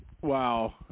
Wow